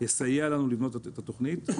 שיסייע לנו לבנות את התוכנית.